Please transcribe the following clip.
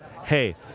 hey